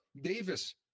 Davis